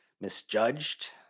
misjudged